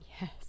Yes